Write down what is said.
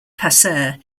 passer